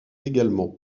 également